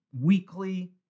weekly